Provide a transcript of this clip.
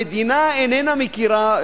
המדינה איננה מכירה,